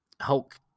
Hulk